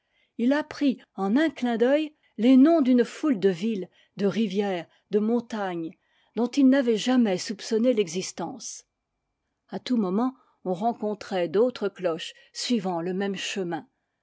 il apprit en un clin d'œil les noms d'une foule de villes de rivières de montagnes dont il n'avait jamais soupçonné l'existence a tous moments on rencontrait d'autres cloches suivant le même chemin